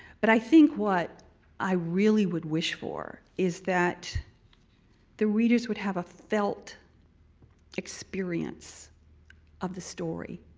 but i think what i really would wish for is that the readers would have a felt experience of the story.